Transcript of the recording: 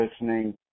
listening